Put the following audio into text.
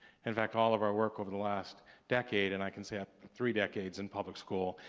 in fact, all of our work over the last decade and i can say i have three decades in public school,